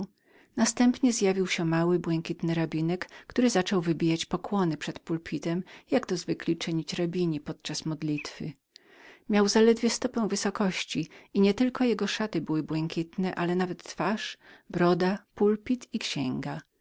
następnie wyskoczył mały błękitny rabinek który zaczął wybijać pokłony przed pulpitem jak zwykli czynić rabini podczas modlitwy miał zaledwie stopę wysokości i nie tylko jego szaty były błękitne ale nawet twarz broda pulpit i księga